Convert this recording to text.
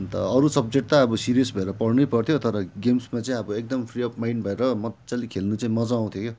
अन्त अरू सब्जेक्ट त अब सिरिय भएर पढ्नु पर्थ्यो तर गेम्समा चाहिँ अब एकदम फ्री अब् माइन्ड भएर मजाले खेल्नु चाहिँ मजा आउँथ्यो क्या